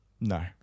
No